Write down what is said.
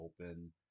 open